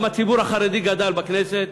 גם הציבור החרדי גדל בכנסת.